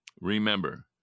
Remember